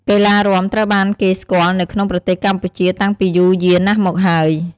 កីឡារាំត្រូវបានគេស្គាល់នៅក្នុងប្រទេសកម្ពុជាតាំងពីយូរយារណាស់មកហើយ។